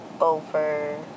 over